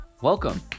welcome